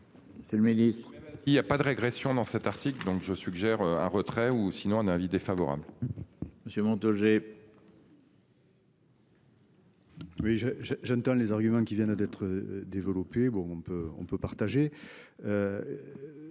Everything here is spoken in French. il y a pas de régression dans cet article donc je suggère un retrait ou sinon un avis défavorable. Monsieur Montaugé. Oui je je j'entends les arguments qui viennent d'être développés. Bon on peut,